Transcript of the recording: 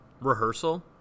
rehearsal